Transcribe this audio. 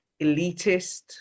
elitist